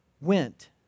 went